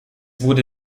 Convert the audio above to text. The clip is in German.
wurde